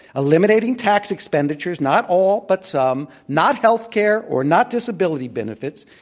eliminating tax expenditures, not all but some, not health care or not disability benefits,